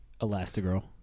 elastigirl